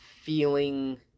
feeling